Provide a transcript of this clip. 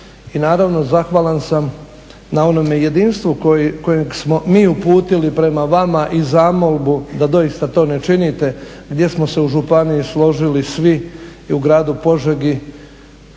i naravno zahvalan sam na onome jedinstvu kojeg smo mi uputili prema vama i zamolbu da doista to ne činite, gdje smo se u županiji složili svi i u gradu Požegi